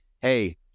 hey